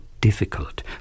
difficult